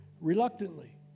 reluctantly